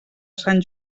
sant